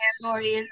stories